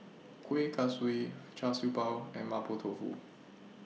Kuih Kaswi Char Siew Bao and Mapo Tofu